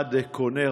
שהמשרד קונה.